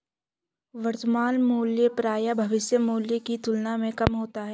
वर्तमान मूल्य प्रायः भविष्य मूल्य की तुलना में कम होता है